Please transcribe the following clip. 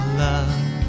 love